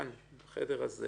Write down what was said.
כאן בחדר הזה,